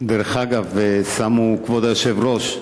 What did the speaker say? דרך אגב, שמו, כבוד היושב-ראש,